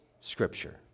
scripture